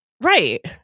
Right